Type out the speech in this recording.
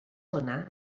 hwnna